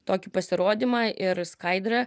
tokį pasirodymą ir skaidra